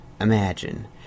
imagine